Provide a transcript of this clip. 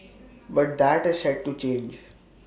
but that is set to change